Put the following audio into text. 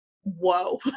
whoa